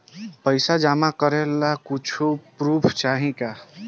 पैसा जमा करे ला कुछु पूर्फ चाहि का?